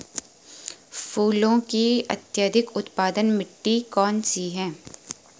फूलों की अत्यधिक उत्पादन मिट्टी कौन सी है?